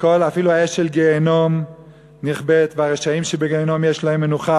ואפילו האש של גיהינום נכבית והרשעים שבגיהינום יש להם מנוחה,